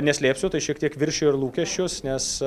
neslėpsiu tai šiek tiek viršijo ir lūkesčius nes